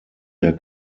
der